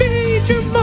Major